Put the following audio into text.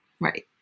Right